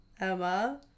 Emma